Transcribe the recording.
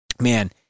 man